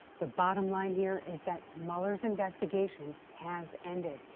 the bottom line here is that mueller's investigation has ended.